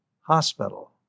hospital